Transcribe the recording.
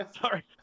Sorry